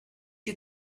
you